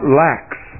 lacks